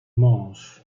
mąż